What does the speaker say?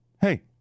hey